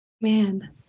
Man